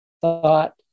thought